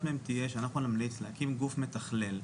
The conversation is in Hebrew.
מהן תהיה שאנחנו נמליץ להקים גוף מתכלל.